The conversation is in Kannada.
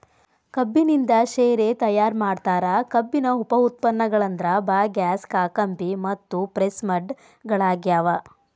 ಕಬ್ಬಿನಿಂದ ಶೇರೆ ತಯಾರ್ ಮಾಡ್ತಾರ, ಕಬ್ಬಿನ ಉಪ ಉತ್ಪನ್ನಗಳಂದ್ರ ಬಗ್ಯಾಸ್, ಕಾಕಂಬಿ ಮತ್ತು ಪ್ರೆಸ್ಮಡ್ ಗಳಗ್ಯಾವ